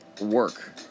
work